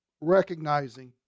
Recognizing